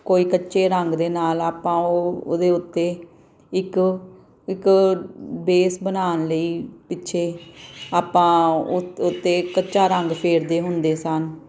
ਕੋਈ ਕੱਚੇ ਰੰਗ ਦੇ ਨਾਲ ਆਪਾਂ ਉਹ ਉਹਦੇ ਉੱਤੇ ਇੱਕ ਇੱਕ ਬੇਸ ਬਣਾਉਣ ਲਈ ਪਿੱਛੇ ਆਪਾਂ ਉਤ ਉਹ 'ਤੇ ਕੱਚਾ ਰੰਗ ਫੇਰਦੇ ਹੁੰਦੇ ਸਾਂ